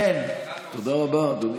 תודה רבה, אדוני השר.